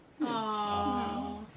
Aww